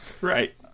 Right